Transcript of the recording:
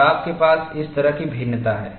और आपके पास इस तरह की भिन्नता है